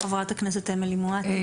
חברת הכנסת אמילי מואטי, בבקשה.